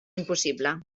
impossible